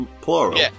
Plural